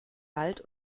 wald